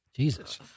Jesus